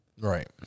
Right